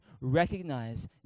recognize